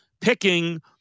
picking